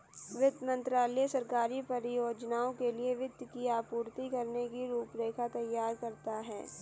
वित्त मंत्रालय सरकारी परियोजनाओं के लिए वित्त की आपूर्ति करने की रूपरेखा तैयार करता है